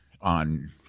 on